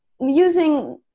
using